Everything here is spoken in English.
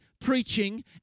preaching